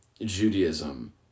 judaism